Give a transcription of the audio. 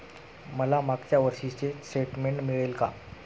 मला मागच्या वर्षीचे स्टेटमेंट मिळेल का?